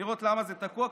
כדי לראות למה זה תקוע,